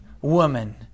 woman